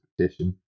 petition